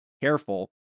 careful